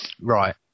Right